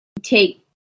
Take